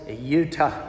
Utah